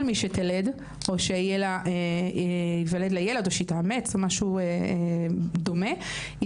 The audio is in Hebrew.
מי שתלד או שיהיה לה ילד או שהיא תאמץ או משהו דומה היא